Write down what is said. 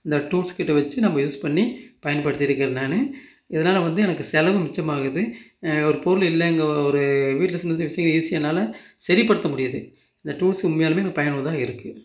இந்த டூல்ஸ் கிட்டை வச்சு நம்ம யூஸ் பண்ணி பயன்படுத்திருக்கேன் நான் இதனால் வந்து எனக்கு செலவு மிச்சமாகுது ஒரு பொருள் இல்லைங்க ஒரு வீட்டில் சின்னச் சின்ன விஷயங்கள் ஈஸியானதுனால சரிப்படுத்த முடியுது இந்த டூல்ஸ் உண்மையாலுமே எனக்கு பயனுள்ளதாக இருக்குது